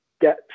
get